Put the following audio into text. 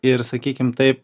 ir sakykim taip